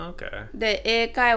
Okay